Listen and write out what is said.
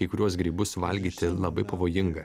kai kuriuos grybus valgyti labai pavojinga